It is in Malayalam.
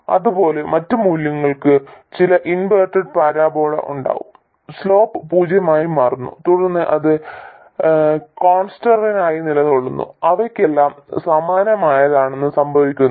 അതുപോലെ മറ്റ് മൂല്യങ്ങൾക്ക് ചില ഇൻവെർട്ടഡ് പരാബോള ഉണ്ടാകും സ്ലോപ്പ് പൂജ്യമായി മാറുന്നു തുടർന്ന് അത് കോൺസ്റ്റന്റായി നിലകൊള്ളുന്നു അവയ്ക്കെല്ലാം സമാനമായതാണ് സംഭവിക്കുന്നത്